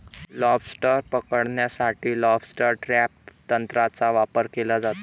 lobster पकडण्यासाठी lobster trap तंत्राचा वापर केला जातो